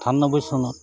আঠানব্বৈ চনত